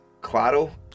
Claro